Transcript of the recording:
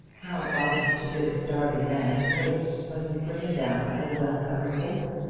how are you to bid a starving man to wait when you put him down at a well-covered board?